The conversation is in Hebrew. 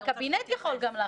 הקבינט יכול גם להמליץ.